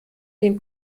den